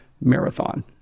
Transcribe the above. marathon